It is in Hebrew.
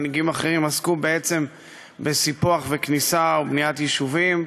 מנהיגים אחרים עסקו בעצם בסיפוח וכניסה ובניית יישובים,